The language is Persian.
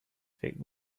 فکر